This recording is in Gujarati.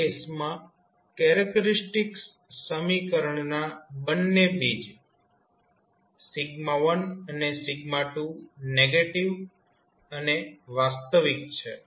આ કેસમાં કેરેક્ટરીસ્ટિક્સ સમીકરણના બંને બીજ 1 અને 2 નેગેટીવ અને વાસ્તવિક છે